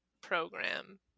program